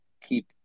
keep